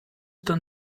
ten